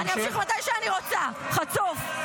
אני אמשיך מתי שאני רוצה, חצוף.